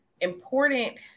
important